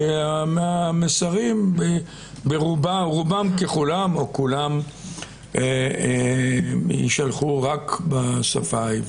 שהמסרים רובם ככולם או כולם יישלחו רק בשפה העברית.